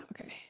okay